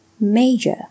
major